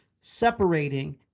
separating